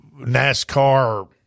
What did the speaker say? NASCAR